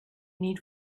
need